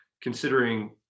considering